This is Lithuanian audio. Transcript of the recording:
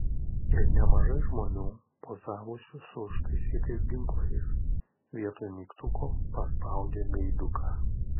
ir nemažai žmonių pozavusių su užtaisytais ginklais vietoj mygtuko paspaudė gaiduką